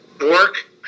Work